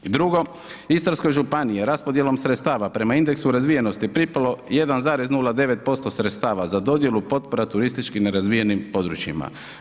I drugo, Istarskoj županiji je raspodjelom sredstava prema indeksu razvijenosti pripalo 1,09% sredstava za dodjelu potpora turistički nerazvijenim područjima.